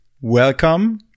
welcome